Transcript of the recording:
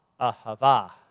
ahava